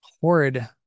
horrid